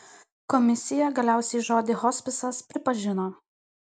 komisija galiausiai žodį hospisas pripažino